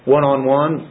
One-on-one